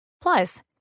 Plus